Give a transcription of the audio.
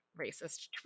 racist